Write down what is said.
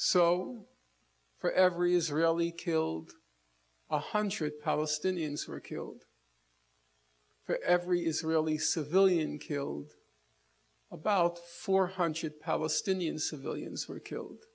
so for every israeli killed one hundred palestinians were killed for every israeli civilian killed about four hundred palestinian civilians were killed